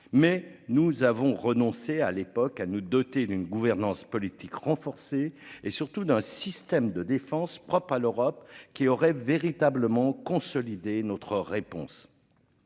mais nous avons renoncé à l'époque à nous doter d'une gouvernance politique renforcée et surtout d'un système de défense propres à l'Europe qui aurait véritablement consolider notre réponse.